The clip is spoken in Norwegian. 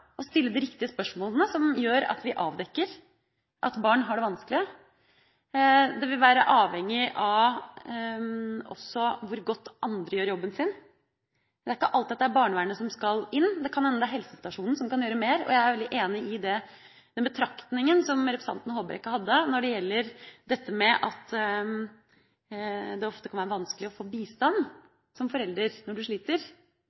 har det vanskelig. Det vil også være avhengig av hvor godt andre gjør jobben sin. Det er ikke alltid det er barnevernet som skal inn, det kan hende helsestasjonen kan gjøre mer. Jeg er veldig enig i den betraktninga som representanten Håbrekke hadde når det gjelder dette med at det ofte kan være vanskelig å få bistand som forelder når man sliter,